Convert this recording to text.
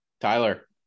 Tyler